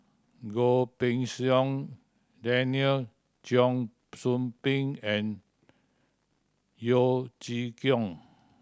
Goh Pei Siong Daniel Cheong Soo Pieng and Yeo Chee Kiong